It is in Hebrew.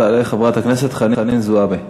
תעלה חברת הכנסת חנין זועבי.